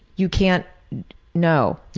you can't know.